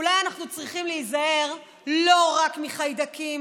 אולי אנחנו צריכים להיזהר לא רק מחיידקים,